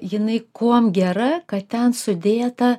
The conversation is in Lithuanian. jinai kuom gera kad ten sudėta